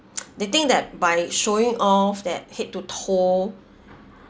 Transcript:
they think that by showing off that head to toe